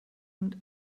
und